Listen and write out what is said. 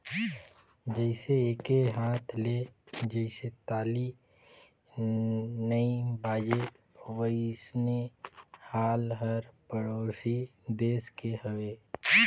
जइसे एके हाथ ले जइसे ताली नइ बाजे वइसने हाल हर परोसी देस के हवे